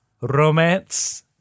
romance